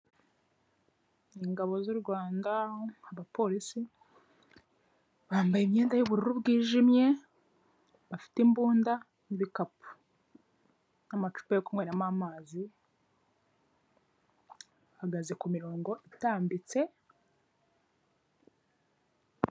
Ingabo z' u Rwanda abapolisi bambaye imyenda y'ubururu bw'ijimye, bafite imbunda n'ibikapu n'amacupa yo kunyweramo amazi bahagaze ku mirongo itambitse.